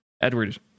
Edward